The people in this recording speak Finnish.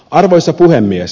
arvoisa puhemies